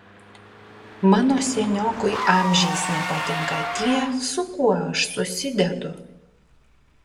mano seniokui amžiais nepatinka tie su kuo aš susidedu